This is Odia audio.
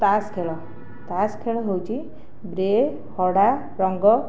ତାସ୍ ଖେଳ ତାସ୍ ଖେଳ ହେଉଛି ବ୍ରେ ହଡ଼ା ରଙ୍ଗ